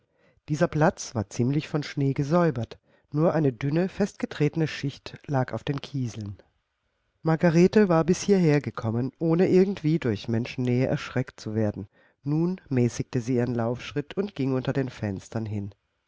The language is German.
dieser platz war ziemlich von schnee gesäubert nur eine dünne festgetretene schicht lag auf den kieseln margarete war bis hierher gekommen ohne irgend wie durch menschennähe erschreckt zu werden nun mäßigte sie ihren laufschritt und ging unter den fenstern hin